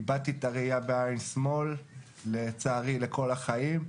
איבדתי את הראיה בעין שמאל, לצערי, לכל החיים,